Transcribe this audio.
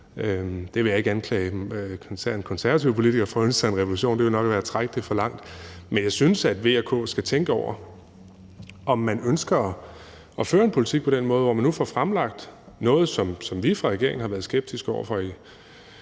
Jeg vil ikke anklage især en konservativ politiker for at ønske sig en revolution; det ville nok være at trække det for langt, men jeg synes, at V og K skal tænke over, om man ønsker at føre en politik på den måde, hvor man nu får fremlagt noget, som vi fra regeringens side har været skeptiske over for i